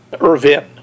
Irvin